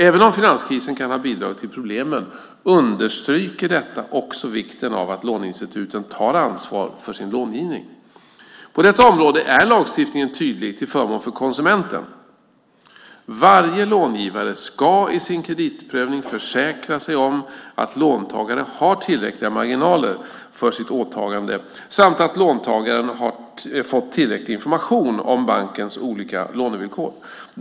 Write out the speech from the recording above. Även om finanskrisen kan ha bidragit till problemen understryker detta också vikten av att låneinstituten tar ansvar för sin långivning. På detta område är lagstiftningen tydlig till förmån för konsumenten. Varje långivare ska i sin kreditprövning försäkra sig om att låntagaren har tillräckliga marginaler för sitt åtagande samt att låntagaren har fått tillräcklig information om bankens olika lånevillkor.